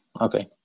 Okay